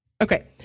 okay